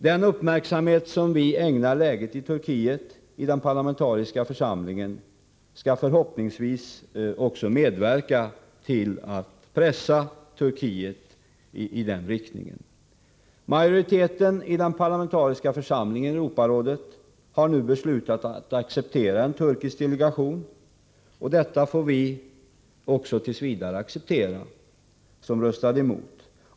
Den uppmärksamhet som vi i den parlamentariska församlingen ägnar läget i Turkiet skall förhoppningsvis medverka till att pressa Turkiet i denna riktning. Majoriteten i den parlamentariska församlingen i Europarådet har nu beslutat att acceptera en turkisk delegation. Detta får vi som röstade emot t. v. finna oss i.